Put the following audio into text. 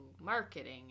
marketing